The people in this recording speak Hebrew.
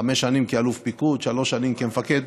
חמש שנים כאלוף פיקוד, שלוש שנים כמפקד